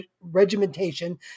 regimentation